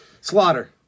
Slaughter